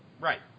Right